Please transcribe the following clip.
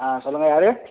ஆ சொல்லுங்கள் யார்